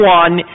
one